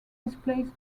displays